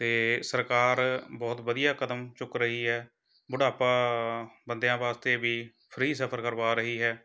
ਅਤੇ ਸਰਕਾਰ ਬਹੁਤ ਵਧੀਆ ਕਦਮ ਚੁੱਕ ਰਹੀ ਹੈ ਬੁਢਾਪਾ ਬੰਦਿਆਂ ਵਾਸਤੇ ਵੀ ਫਰੀ ਸਫ਼ਰ ਕਰਵਾ ਰਹੀ ਹੈ